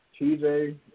TJ